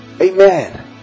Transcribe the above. Amen